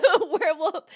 werewolf